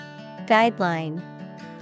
Guideline